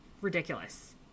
ridiculous